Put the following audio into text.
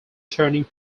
turning